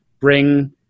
bring